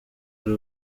ari